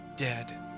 dead